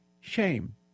shame